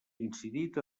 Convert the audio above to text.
incidit